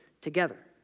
together